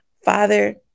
father